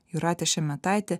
jūratė šemetaitė